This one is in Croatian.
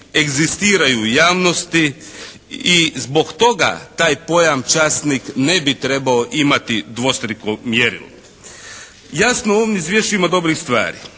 egzistiraju u javnosti. I zbog toga taj pojam časnik ne bi trebao imati dvostruko mjerilo. Jasno u ovom izvješću ima dobrih stvari.